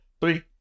three